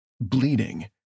bleeding